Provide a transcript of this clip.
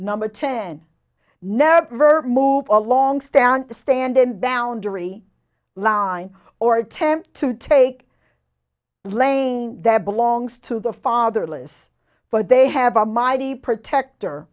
number ten never move along stand to stand in boundary line or attempt to take lane that belongs to the fatherless but they have a mighty protector